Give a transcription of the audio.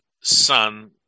son